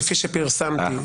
כפי שפרסמתי,